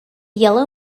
yellow